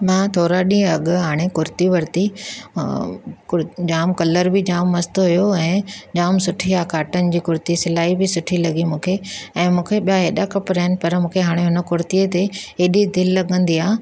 मां थोरा ॾींहं अॻु हाणे कुर्ती वरिती जाम कलर बि जाम मस्तु हुओ ऐं जाम सुठी काटन जी कुर्ती सिलाई बि सुठी लॻी मूंखे ऐं मूंखे ॿियां हेॾा कपिड़ा आहिनि पर मूंखे हाणे हुन कुर्तीअ ते हेॾी दिलि लॻंदी आहे